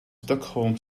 stockholm